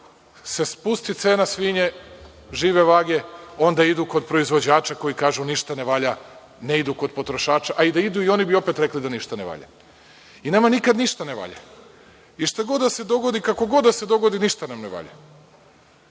se spusti cena svinje žive vage, onda idu kod proizvođača koji, kažu, ništa ne valja, ne idu kod potrošača. I da idu, i oni bi opet rekli da ništa ne valja. Nama nikad ništa ne valja. Šta god da se dogodi, kako god da se dogodi, ništa nam ne valja.